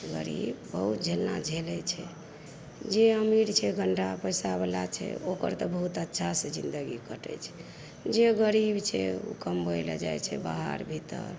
गरीब बहुत झेलना झेलैत छै जे अमीर छै कनिटा पैसा बला छै ओकर तऽ बहुत अच्छा से जिंदगी कटैत छै जे गरीब छै ओ कमबै लऽ जाइत छै बाहर भीतर